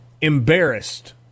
embarrassed